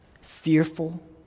fearful